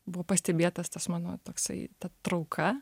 buvo pastebėtas tas mano toksai trauka